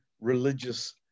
religious